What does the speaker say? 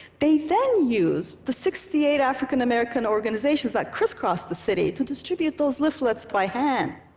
they then used the sixty eight african-american organizations that criss-crossed the city to distribute those leaflets by hand.